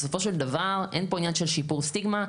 בסופו של דבר אין פה עניין של שיפור סטיגמה.